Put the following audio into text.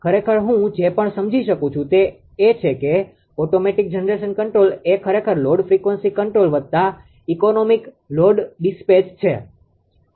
ખરેખર હું જે પણ સમજી શકું છું તે એ છે કે ઓટોમેટીક જનરેશન કન્ટ્રોલ એ ખરેખર લોડ ફ્રીક્વન્સી કંટ્રોલ વત્તા ઇકોનોમિક લોડ ડિસ્પેચ છે